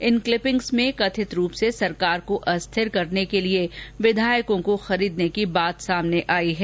इन clippings में कथित रूप से सरकार को अस्थिर करने के लिए विधायकों को खरीदने की बात सामने आयी है